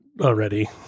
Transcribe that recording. already